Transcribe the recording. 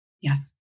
Yes